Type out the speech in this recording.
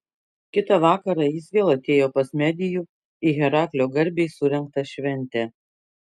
kitą vakarą jis vėl atėjo pas medijų į heraklio garbei surengtą šventę